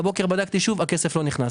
הבוקר בדקתי שוב, הכסף לא נכנס.